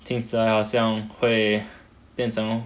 听起来好像会变成